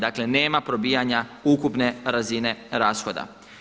Dakle nema probijanja ukupne razine rashoda.